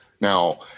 Now